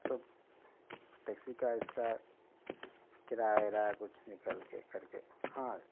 سب taxi کا اس کا کرایہ ورایہ کچھ نکال کے کر کے ہاں